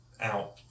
out